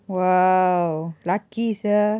!wow! lucky sia